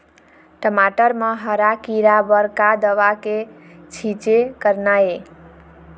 टमाटर म हरा किरा बर का दवा के छींचे करना ये?